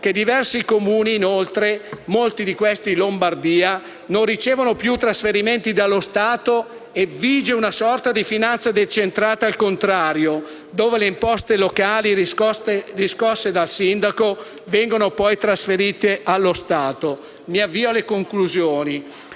che diversi Comuni (molti di questi in Lombardia) non ricevono più i trasferimenti dallo Stato e vige una sorta di finanza decentrata al contrario, per cui le imposte locali riscosse dal sindaco vengono poi trasferite allo Stato. Mi avvio alle conclusioni: